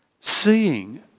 seeing